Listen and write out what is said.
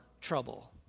trouble